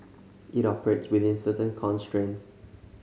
it operates within certain constraints